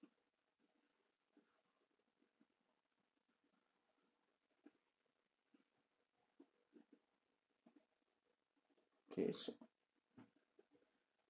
okay